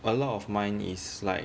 a lot of mine is like